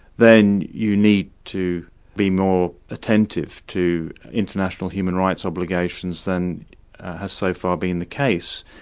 then you need to be more attentive to international human rights obligations than has so far been the case.